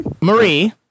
Marie